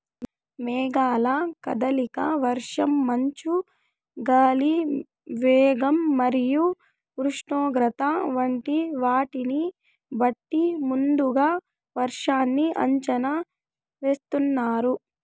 మేఘాల కదలిక, వర్షం, మంచు, గాలి వేగం మరియు ఉష్ణోగ్రత వంటి వాటిని బట్టి ముందుగా వర్షాన్ని అంచనా వేస్తున్నారు